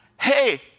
Hey